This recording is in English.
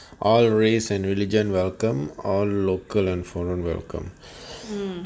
all race and religion welcome all local and foreign welcome